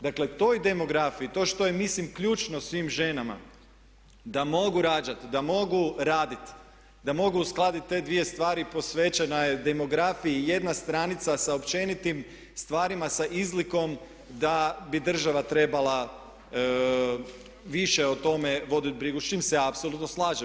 Dakle toj demografiji, to što je mislim ključno svim ženama da mogu rađati, da mogu raditi, da mogu uskladiti te dvije stvari posvećena je demografiji 1 stranica sa općenitim stvarima sa izlikom da bi država trebala više o tome voditi brigu, s čim se ja apsolutno slažem.